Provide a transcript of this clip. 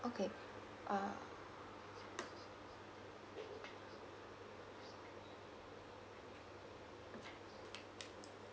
okay uh